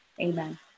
Amen